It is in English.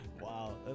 Wow